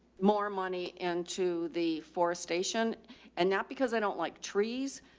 more money and to the forestation and not because i don't like trees,